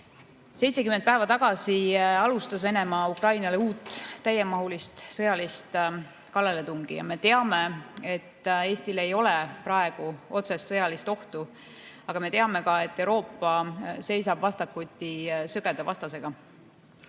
70 päeva tagasi alustas Venemaa Ukraina vastu uut täiemahulist sõjalist kallaletungi. Me teame, et Eestile ei ole praegu otsest sõjalist ohtu, aga me teame ka, et Euroopa seisab vastakuti sõgeda vastasega.Me